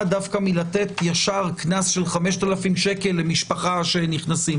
מלתת ישר קנס של 5,000 ₪ למשפחה כשנכנסים.